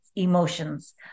Emotions